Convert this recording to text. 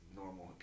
normal